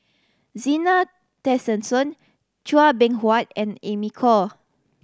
Zena Tessensohn Chua Beng Huat and Amy Khor